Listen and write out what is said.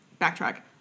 Backtrack